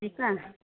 ठीकु आहे